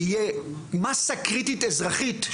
שתהייה מסה קריטית אזרחית,